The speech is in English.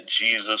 Jesus